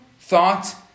thought